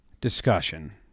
discussion